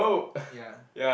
ya